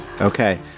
Okay